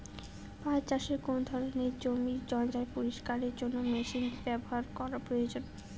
পাট চাষে কোন ধরনের জমির জঞ্জাল পরিষ্কারের জন্য মেশিন ব্যবহার করা প্রয়োজন?